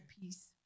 peace